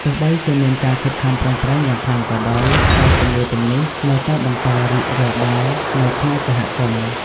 ទោះបីជាមានការខិតខំប្រឹងប្រែងយ៉ាងខ្លាំងក៏ដោយ ក៏ជំងឺទាំងនេះនៅតែបន្តរីករាលដាលនៅក្នុងសហគមន៍។